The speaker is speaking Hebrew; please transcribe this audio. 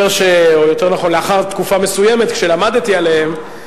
לאחר תקופה מסוימת, כשלמדתי עליהם,